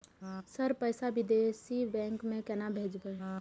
Sir पैसा विदेशी bank में केना भेजबे?